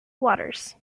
waters